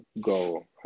go